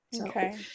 Okay